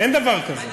אין דבר כזה.